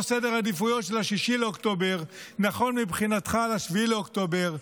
סדר העדיפויות של 6 באוקטובר נכון מבחינתך ל-7 באוקטובר,